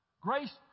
Grace